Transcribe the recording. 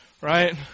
right